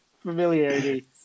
familiarity